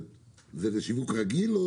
זה לשיווק רגיל?